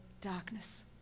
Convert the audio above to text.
darkness